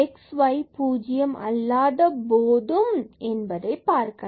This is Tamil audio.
x y பூஜ்ஜியம் அல்லாத போதும் என்பதை பார்க்கலாம்